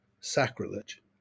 sacrilege